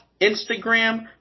Instagram